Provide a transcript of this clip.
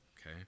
Okay